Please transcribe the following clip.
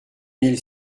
mille